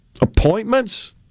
appointments